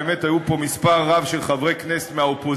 באמת היו פה מספר רב של חברי כנסת מהאופוזיציה,